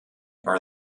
are